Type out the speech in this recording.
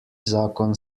zakon